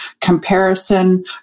comparison